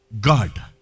God